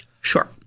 Sure